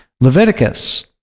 Leviticus